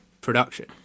production